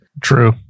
True